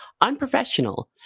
Unprofessional